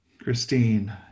Christine